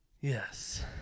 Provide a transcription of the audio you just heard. Yes